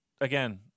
again